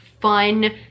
fun